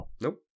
Nope